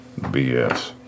BS